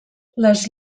les